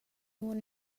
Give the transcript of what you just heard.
one